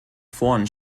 vorn